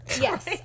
Yes